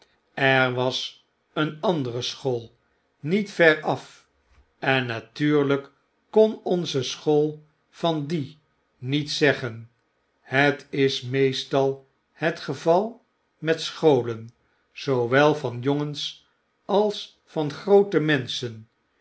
er was een andere school niet ver af en natuurlp kon onze school van die niets zeggen het is meestal het geval met scholen zoowel van jongens als van groote menschen